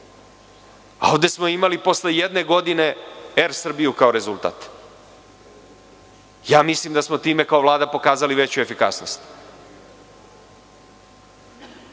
Onda smo imali posle jedne godine „Er Srbiju“ kao rezultat. Mislim da smo time kao Vlada pokazali veću efikasnost.